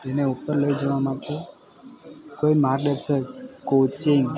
એને ઉપર લઈ જવા માટે કોઈ માર્ગદર્શક કોચિંગ